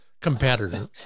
competitor